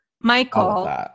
michael